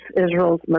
Israel's